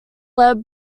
led